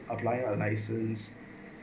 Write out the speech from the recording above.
apply a license